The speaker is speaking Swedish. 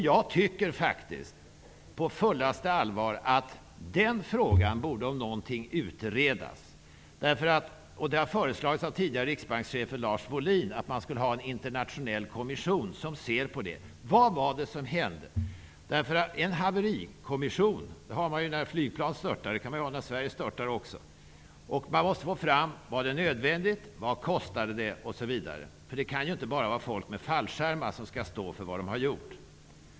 Jag tycker faktiskt på fullaste allvar att den frågan om någon borde utredas. Tidigare riksbankschefen Lars Wohlin har föreslagit en internationell kommission som ser över detta. Vad var det då som hände? En haverikommission tillsätts ju när flygplan störtar, och en sådan kan man också ha när Sverige störtar. Man måste få svar på frågor om det var nödvändigt, vad det kostade osv. Det kan ju inte vara så att det bara är folk med fallskärmar som skall stå för vad de har gjort.